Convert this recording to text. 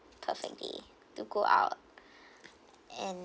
perfect day to go out and